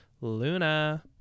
luna